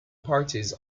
parties